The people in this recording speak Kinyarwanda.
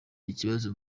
ikibazo